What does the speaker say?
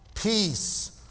Peace